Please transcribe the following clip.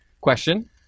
Question